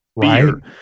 beer